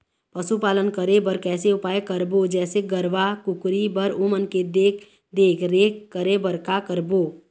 पशुपालन करें बर कैसे उपाय करबो, जैसे गरवा, कुकरी बर ओमन के देख देख रेख करें बर का करबो?